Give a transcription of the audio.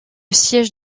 siège